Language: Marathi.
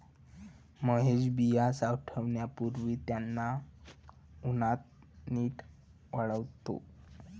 महेश बिया साठवण्यापूर्वी त्यांना उन्हात नीट वाळवतो